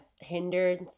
hindered